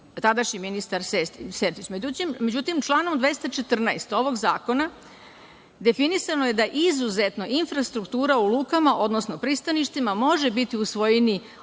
tadašnji ministar Sertić.Međutim članom 214. ovog zakona definisano je da izuzetno infrastruktura u lukama, odnosno pristaništima može biti u svojini